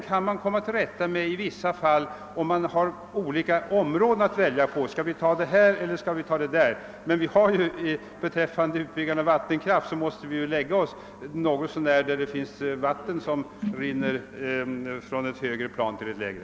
Denna kan man i vissa fall beräkna, om man har olika områden att välja mellan. När det gäller utbyggnad av vattenkraften är vi emellertid självfallet hänvisade till sådana områden där vatten rinner från en högre nivå till en lägre.